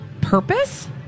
purpose